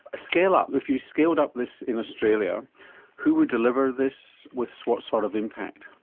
scaled up, if you scaled up this in australia who would deliver this with what sort of impact?